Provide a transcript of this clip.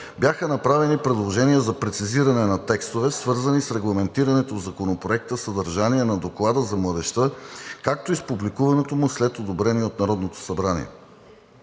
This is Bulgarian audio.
бяха направени предложения за прецизиране на текстове, свързани с регламентираното в Законопроекта съдържание на доклада за младежта, както и с публикуването му след одобрение от Народното събрание.